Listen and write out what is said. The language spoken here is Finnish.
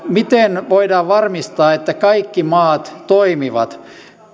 miten voidaan varmistaa että kaikki maat toimivat